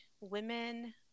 women